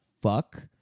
Fuck